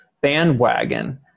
bandwagon